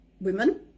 women